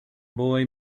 boy